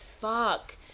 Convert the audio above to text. Fuck